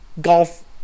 golf